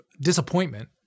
disappointment